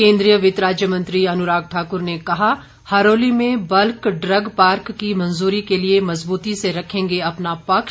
केन्द्रीय वित्त राज्य मंत्री अनुराग ठाक्र ने कहा हरोली में बल्क इग पार्क की मंजूरी के लिए मज़बूती से रखेंगे अपना पक्ष